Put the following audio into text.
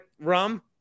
rum